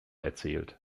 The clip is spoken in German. erzählt